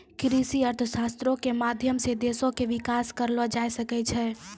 कृषि अर्थशास्त्रो के माध्यम से देशो के विकास करलो जाय सकै छै